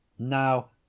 now